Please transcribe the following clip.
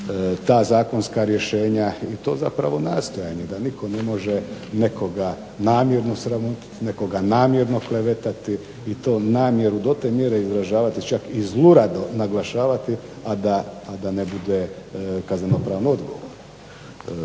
ta zakonska rješenja. I to zapravo nastojanje da nitko ne može nekoga namjerno sramotiti, nekoga namjerno klevetati i to namjeru do te mjere izražavati čak i zlurado naglašavati, a da ne bude kazneno-pravno odgovoran